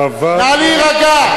נא להירגע.